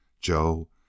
Joe